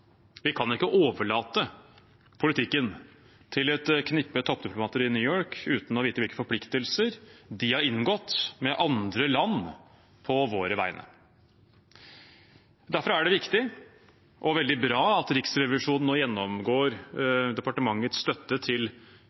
Vi kan ikke overlate politikken til et knippe toppdiplomater i New York uten å vite hvilke forpliktelser de har inngått med andre land på våre vegne. Derfor er det viktig og veldig bra at Riksrevisjonen nå gjennomgår departementets støtte til